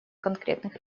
конкретных